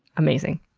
amazing.